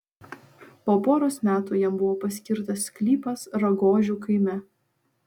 po poros metų jam buvo paskirtas sklypas ragožių kaime